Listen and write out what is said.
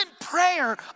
prayer